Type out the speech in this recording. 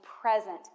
present